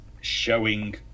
showing